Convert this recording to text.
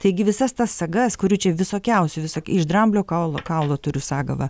taigi visas tas sagas kurių čia visokiausių iš dramblio kaulo kaulo turiu sagą va